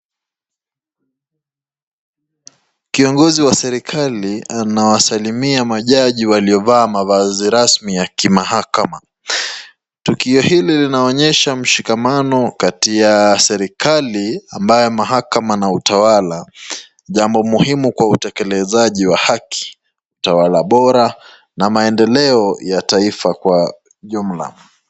Kiongozi wa serikali anawasalimia majaji wameovaa mavazi rasmi ya kimahakama, tukio hili linaonyesha mshikamano kati ya serikali ambaye mahakama ya utawala. Jambo muhimu kwa utekelezaji wa haki utawala bora na maendeleo ya taifa kwa jumla.